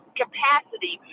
capacity